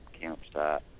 campsite